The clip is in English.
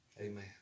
Amen